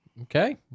Okay